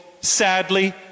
sadly